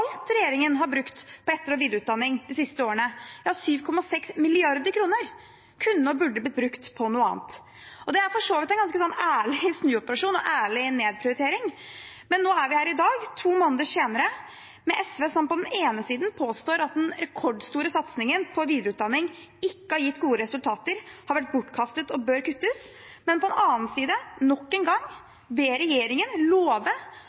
regjeringen har brukt på etter- og videreutdanning de siste årene – ja, 7,6 mrd. kr – kunne og burde ha blitt brukt på noe annet. Det er for så vidt en ganske ærlig snuoperasjon og nedprioritering. Men nå er vi her i dag, to måneder senere, med SV som på den ene siden påstår at den rekordstore satsingen på videreutdanning ikke har gitt gode resultater, har vært bortkastet og bør kuttes, men på den annen side nok en